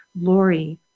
Lori